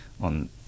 on